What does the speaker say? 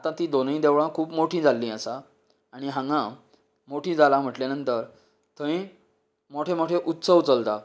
आतां तीं दोनूय देवळां खूब मोठी जाल्ली आसात आनी हांगा मोठी जाला म्हटले नंतर थंय मोठे मोठे उत्सव चलतात